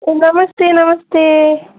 नमस्ते नमस्ते